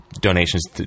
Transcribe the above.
donations